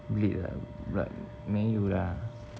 bleed ah blood 没有啦